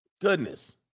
Goodness